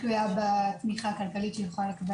תלויה בתמיכה הכלכלית שהיא יכולה לקבל